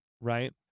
right